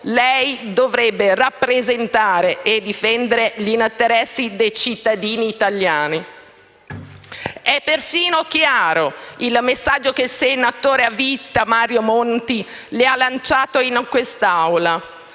lei dovrebbe rappresentare e difendere gli interessi dei cittadini italiani. È persino chiaro il messaggio che il senatore a vita Mario Monti le ha lanciato in quest'Aula.